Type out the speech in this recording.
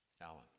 Alan